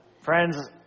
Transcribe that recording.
Friends